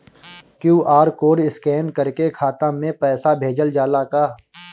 QR code scan करके खाता में पैसा भेजल जाला का?